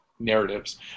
Narratives